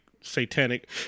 satanic